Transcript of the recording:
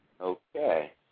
Okay